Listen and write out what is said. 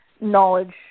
knowledge